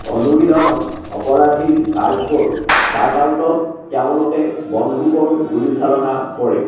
অনুশীলনত অপৰাধীৰ কাৰ্ডবৰ্ড কাটআউটত তেওঁলোকে বন্দুকৰ গুলীচালনা কৰে